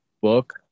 book